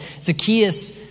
Zacchaeus